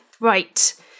Right